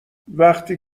وقتی